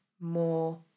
more